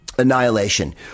annihilation